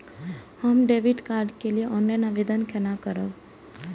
हम debit card के लिए ऑनलाइन आवेदन केना करब?